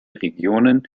regionen